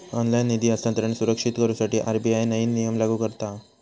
online निधी हस्तांतरण सुरक्षित करुसाठी आर.बी.आय नईन नियम लागू करता हा